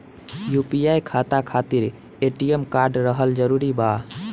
UPI खाता खातिर ATM card रहल जरूरी बा?